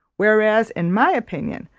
whereas, in my opinion,